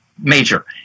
major